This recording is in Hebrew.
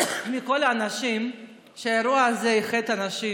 מכל האנשים שהאירוע הזה איחד אנשים.